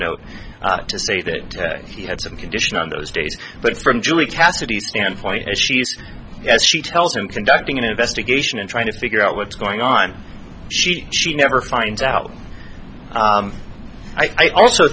note to say that he had some condition on those days but from julie cassidy standpoint as she's yes she tells him conducting an investigation and trying to figure out what's going on she she never finds out i also